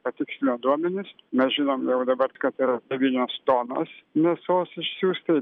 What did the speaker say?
patikslinom duomenis mes žinome jau dabar kad yra devynios tonos mėsos išsiųsta